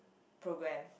program